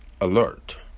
Alert